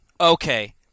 Okay